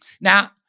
Now